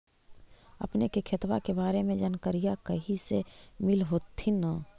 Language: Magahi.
अपने के खेतबा के बारे मे जनकरीया कही से मिल होथिं न?